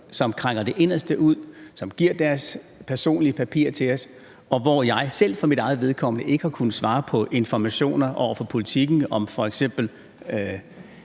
som krænger det inderste ud, som giver deres personlige papirer til os, og hvor jeg selv for mit eget vedkommende ikke har kunnet svare på informationer over for Politiken, om f.eks.